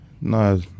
No